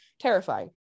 terrifying